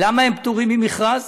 למה הם פטורים ממכרז?